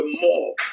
more